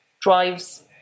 drives